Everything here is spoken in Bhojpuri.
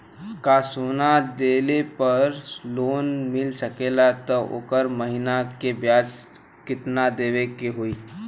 का सोना देले पे लोन मिल सकेला त ओकर महीना के ब्याज कितनादेवे के होई?